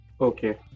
Okay